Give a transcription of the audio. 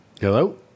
Hello